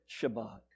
Shabbat